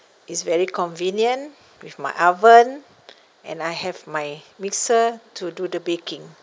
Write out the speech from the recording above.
it's very convenient with my oven and I have my mixer to do the baking